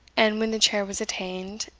and, when the chair was attained,